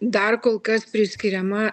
dar kol kas priskiriama